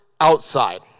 outside